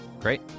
Great